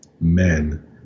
men